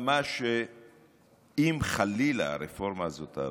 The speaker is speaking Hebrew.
אם חלילה הרפורמה הזאת תעבור,